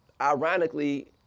Ironically